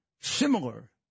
similar